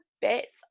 bits